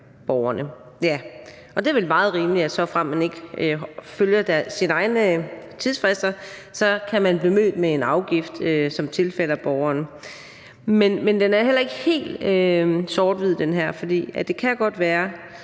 det er vel meget rimeligt, at såfremt man ikke følger sine egne tidsfrister, kan man blive mødt med en afgift, som tilfalder borgeren. Men det her er heller ikke helt sort-hvidt, for det kan godt være,